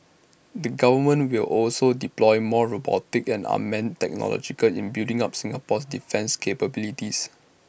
the government will also deploy more robotics and unmanned technologies in building up Singapore's defence capabilities